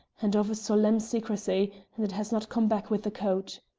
and of a solemn secrecy, and it has not come back with the coat.